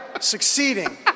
succeeding